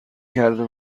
کرده